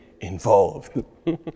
involved